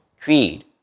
Creed